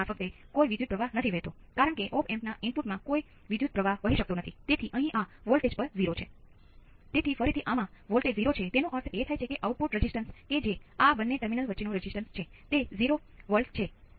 મારો મતલબ એ છે કે દાખલા તરીકે તમે આ બિંદુએ સ્પર્શક દોરી શકો છો અને જ્યાં તે શૂન્ય રેખાને અડશે તે આનાથી 1 દૂર હશે એટલે કે તે એક સમય અચળાંક જેટલું દૂર હશે